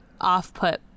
off-put